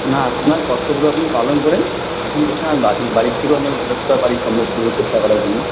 না আপনার কর্তব্যটা আপনি পালন করুন এখন এখানে বাকি বাড়ির থেকেও আমরা যতটা পারি সম্ভব করবো চেষ্টা করার জন্য